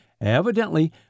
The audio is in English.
Evidently